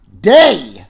day